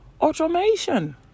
automation